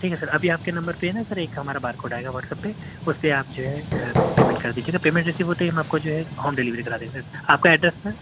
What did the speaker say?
ٹھیک ہے سر ابھی آپ کے نمبر پہ ہے نہ سر ایک ہمارا بار کوڈ آئے گا واٹسیپ پہ اُس پہ آپ جو ہے ایپ پیمنٹ کر دیجیے گا پیمنٹ جیسے ہی ہوتے ہی ہم آپ کا جو ہے ہوم ڈلیوری کرا دیں گے سر آپ کا ایڈریس سر